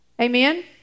Amen